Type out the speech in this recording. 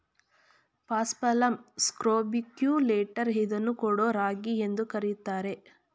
paspalum scrobiculatum ಇದನ್ನು ಕೊಡೋ ರಾಗಿ ಎಂದು ಕರಿತಾರೆ